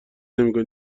نمیکنی